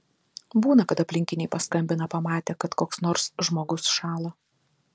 būna kad aplinkiniai paskambina pamatę kad koks nors žmogus šąla